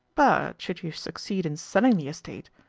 but, should you succeed in selling the estate,